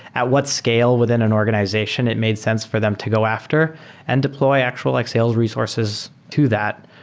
at what scale within an organization it made sense for them to go after and deploy actual x sales resources to that?